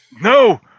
No